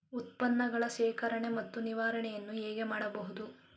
ಉತ್ಪನ್ನಗಳ ಶೇಖರಣೆ ಮತ್ತು ನಿವಾರಣೆಯನ್ನು ಹೇಗೆ ಮಾಡಬಹುದು?